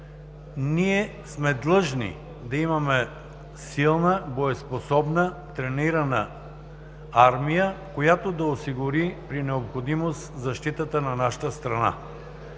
Ние сме длъжни да имаме силна, боеспособна, тренирана армия, която да осигури при необходимост защитата на нашата страна.